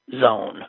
zone